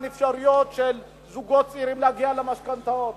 אפשרויות לזוגות צעירים להגיע למשכנתאות.